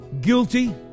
guilty